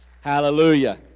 hallelujah